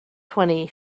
twenty